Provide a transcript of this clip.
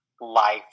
life